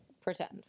Pretend